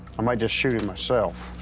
i might just shoot him myself.